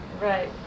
Right